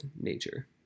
nature